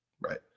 Right